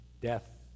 death